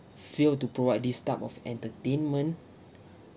fail to provide this type of entertainment